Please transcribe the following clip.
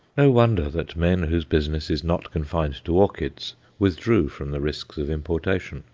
no wonder that men whose business is not confined to orchids withdrew from the risks of importation,